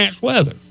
weather